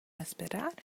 esperar